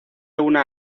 una